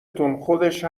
تون، خودش